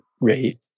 rate